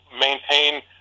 maintain